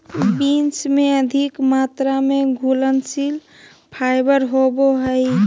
beans में अधिक मात्रा में घुलनशील फाइबर होवो हइ